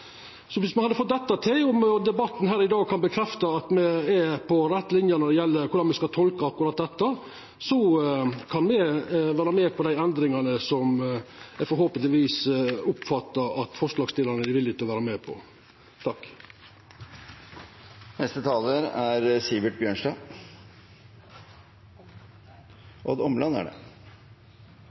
Så viss me hadde fått til dette og debatten her i dag kan bekrefta at me er på rett linje når det gjeld korleis me skal tolka akkurat dette, kan me vera med på dei endringane som eg oppfatta at forslagsstillarane, forhåpentlegvis, er villige til å vera med på. Representantforslaget fra Arbeiderpartiet og